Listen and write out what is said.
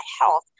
health